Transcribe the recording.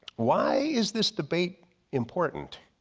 why is this debate important?